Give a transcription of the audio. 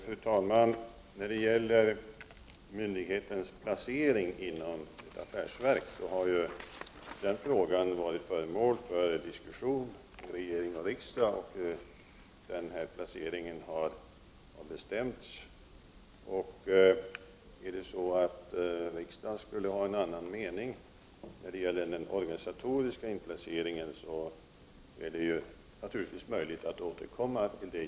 Fru talman! När det gäller myndighetens placering inom ett affärsverk vill jag påminna om att den frågan varit föremål för diskussion i regering och riksdag, och man har fattat beslut om den här placeringen. Skulle riksdagen ha en annan mening när det gäller den organisatoriska inplaceringen, är det naturligtvis möjligt att återkomma till den.